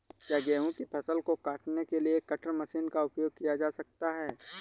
क्या गेहूँ की फसल को काटने के लिए कटर मशीन का उपयोग किया जा सकता है?